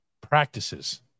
practices